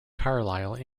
carlisle